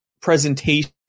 presentation